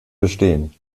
bestehen